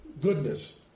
goodness